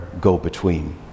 go-between